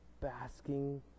basking